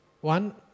one